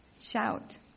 shout